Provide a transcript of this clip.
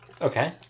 okay